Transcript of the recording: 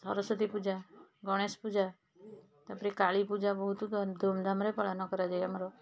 ସରସ୍ୱତୀ ପୂଜା ଗଣେଶ ପୂଜା ତା'ପରେ କାଳୀ ପୂଜା ବହୁତ ଧୁମ୍ଧାମ୍ ପାଳନ କରାଯାଏ ଆମର